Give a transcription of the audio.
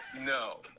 No